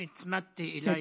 שהצמדתי אלייך.